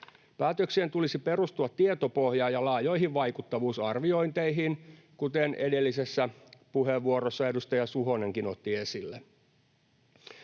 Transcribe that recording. Päätöksien tulisi perustua tietopohjaan ja laajoihin vaikuttavuusarviointeihin, kuten edellisessä puheenvuorossa edustaja Suhonenkin otti esille.